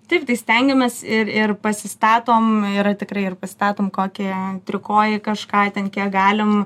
taip tai stengiamės ir ir pasistatom ir tikrai ir pastatom kokį trikojį kažką ten kiek galim